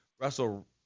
Russell